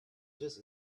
just